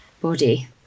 body